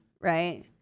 Right